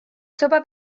sopa